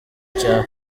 cya